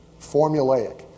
Formulaic